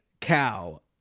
cow